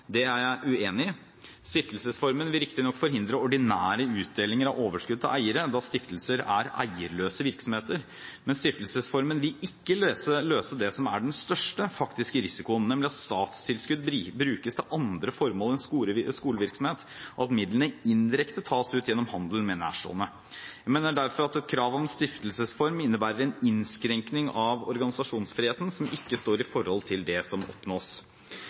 Det er jeg uenig i. Stiftelsesformen vil riktignok forhindre ordinære utdelinger av overskudd til eiere, da stiftelser er eierløse virksomheter, men stiftelsesformen vil ikke løse det som er den største faktiske risikoen, nemlig at statstilskudd brukes til andre formål enn til skolevirksomhet, og at midlene indirekte tas ut gjennom handel med nærstående. Jeg mener derfor at et krav om stiftelsesform innebærer en innskrenkning av organisasjonsfriheten som ikke står i forhold til det som oppnås.